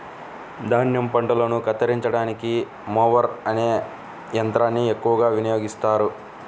ధాన్యం పంటలను కత్తిరించడానికి మొవర్ అనే యంత్రాన్ని ఎక్కువగా వినియోగిస్తారు